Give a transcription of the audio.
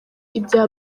ibya